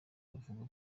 bavuga